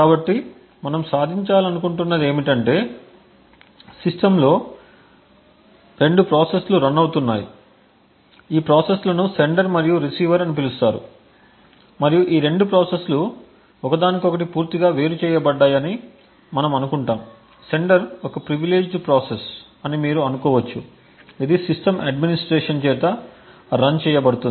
కాబట్టి మనం సాధించాలనుకుంటున్నది ఏమిటంటే సిస్టమ్లో 2 ప్రాసెస్లు రన్ అవుతున్నాయి ఈ ప్రాసెస్లను సెండర్ మరియు రిసీవర్ అని పిలుస్తారు మరియు ఈ 2 ప్రాసెస్లు ఒకదానికొకటి పూర్తిగా వేరుచేయ బడ్డాయని మనం అనుకుంటాము సెండర్ ఒక ప్రివిలేజెస్డ్ ప్రాసెస్ అని మీరు అనుకోవచ్చు ఇది సిస్టమ్ అడ్మినిస్ట్రేటర్ చేత రన్ చేయబడుతోంది